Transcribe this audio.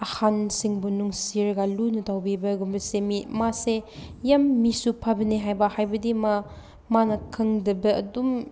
ꯑꯍꯟꯁꯤꯡꯕꯨ ꯅꯨꯡꯁꯤꯔꯒ ꯂꯨꯅ ꯇꯧꯕꯤꯕꯒꯨꯝꯕꯁꯦ ꯃꯤ ꯃꯥꯁꯦ ꯌꯥꯝ ꯃꯤꯁꯨ ꯐꯕꯅꯦ ꯍꯥꯏꯕ ꯍꯥꯏꯕꯗꯤ ꯃꯥ ꯃꯥꯅ ꯈꯪꯕꯗ ꯑꯗꯨꯝ